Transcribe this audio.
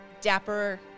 dapper